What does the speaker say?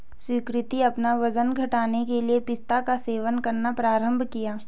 सुकृति अपना वजन घटाने के लिए पिस्ता का सेवन करना प्रारंभ किया